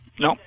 No